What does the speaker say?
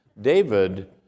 David